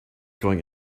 going